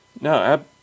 No